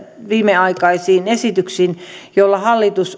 viimeaikaisiin esityksiin joilla hallitus